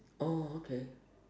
oh okay